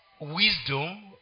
Wisdom